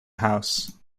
house